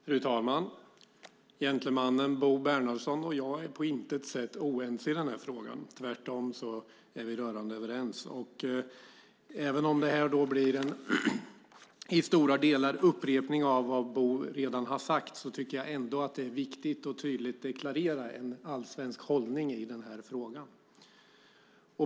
Fru talman! Gentlemannen Bo Bernhardsson och jag är på intet sätt oense i den här frågan. Tvärtom är vi rörande överens. Även om det i stora delar blir en upprepning av vad Bo redan har sagt tycker jag att det är viktigt att tydligt deklarera en allsvensk hållning i frågan.